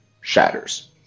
shatters